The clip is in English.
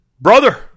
brother